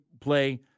play